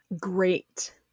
great